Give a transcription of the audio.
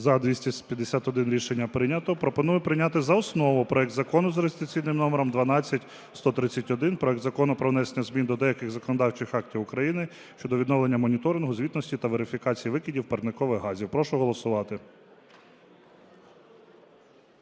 За-251 Рішення прийнято. Пропоную прийняти за основу проект Закону за реєстраційним номером 12131: проект Закону про внесення змін до деяких законодавчих актів України щодо відновлення моніторингу, звітності та верифікації викидів парникових газів. Прошу голосувати.